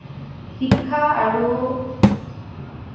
শিক্ষা আৰু